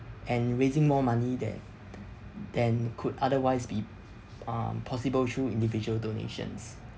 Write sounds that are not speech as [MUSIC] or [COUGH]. and raising more money that [BREATH] than could otherwise be um possible through individual donations